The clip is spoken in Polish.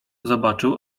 zobaczył